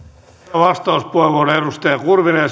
vastauspuheenvuoro edustaja kurvinen ja